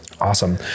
Awesome